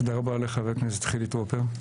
תודה רבה גם לחבר הכנסת חילי טרופר.